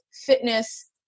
fitness